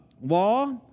law